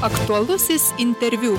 aktualusis interviu